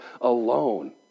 alone